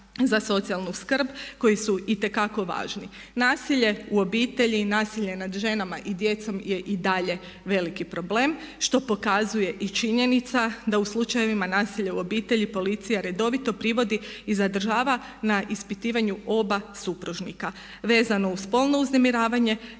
za socijalnu skrb koji su itekako važni. Nasilje u obitelji i nasilje nad ženama i djecom je i dalje veliki problem što pokazuje i činjenica da u slučajevima nasilja u obitelji policija redovito privodi i zadržava na ispitivanju oba supružnika. Vezano uz spolno uznemiravanje